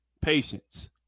patience